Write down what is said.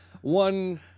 one